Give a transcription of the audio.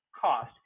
cost